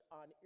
on